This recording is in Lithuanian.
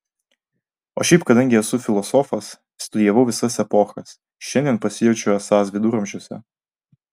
o šiaip kadangi esu filosofas studijavau visas epochas šiandien pasijaučiau esąs viduramžiuose